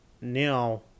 Now